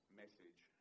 message